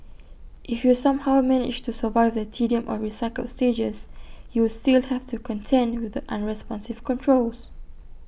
if you somehow manage to survive the tedium of recycled stages you still have to contend with the unresponsive controls